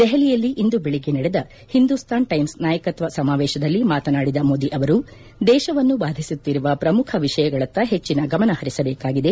ದೆಹಲಿಯಲ್ಲಿ ಇಂದು ಬೆಳಿಗ್ಗೆ ನಡೆದ ಹಿಂದೂಸ್ತಾನ್ ಟೈಮ್ಸ್ ನಾಯಕತ್ವ ಸಮಾವೇಶದಲ್ಲಿ ಮಾತನಾಡಿದ ಮೋದಿ ಅವರು ದೇಶವನ್ನು ಬಾಧಿಸುತ್ತಿರುವ ಪ್ರಮುಖ ವಿಷಯಗಳತ್ತ ಹೆಚ್ಚನ ಗಮನ ಹರಿಸಬೇಕಾಗಿದೆ